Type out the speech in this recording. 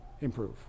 improve